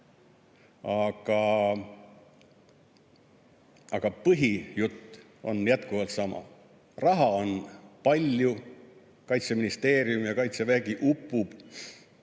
Aga põhijutt on jätkuvalt sama. Raha on palju, Kaitseministeerium, Kaitsevägi upub